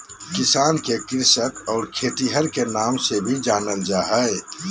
किसान के कृषक और खेतिहर के नाम से भी जानल जा हइ